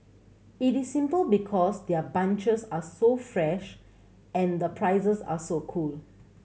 it is simple because their bunches are so fresh and the prices are so cool